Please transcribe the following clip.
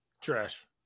Trash